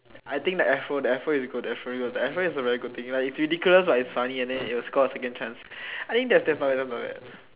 I think the afro the afro is good the afro is good the afro is a very good thing like its ridiculous lah it's funny and then it will score a second chance I think that's damn funny that one not bad